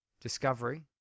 Discovery